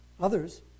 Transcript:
Others